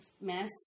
mess